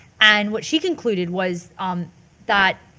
and what she concluded was um that